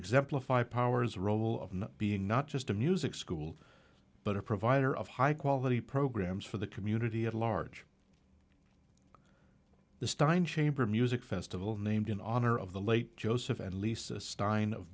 exemplify power's role of being not just a music school but a provider of high quality programs for the community at large the stein chamber music festival named in honor of the late joseph and lisa stein of